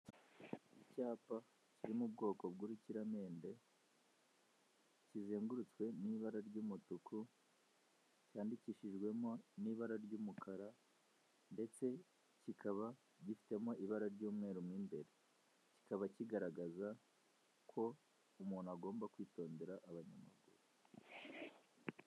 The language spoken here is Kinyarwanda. Icyapa kiri mu bwoko bw'urukiramende kizengurutswe n'ibara ry'umutuku cyandikishijwemo n'ibara ry'umukara ndetse kikaba gifitemo ibara ry'umweru mo imbere kikaba kigaragaza ko umuntu agomba kwitondera abanyamaguru.